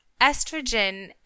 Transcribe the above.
estrogen